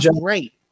great